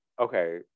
okay